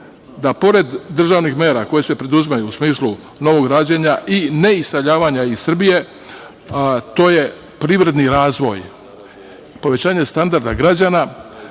da pored državnih mera koje se preduzimaju u smislu novog rađanja i ne iseljavanja iz Srbije, to je privredni razvoj, povećanje standarda građana